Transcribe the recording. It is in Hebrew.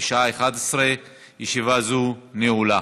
בסיוון התשע"ח, 16 במאי